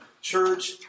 church